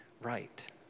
Right